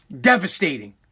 Devastating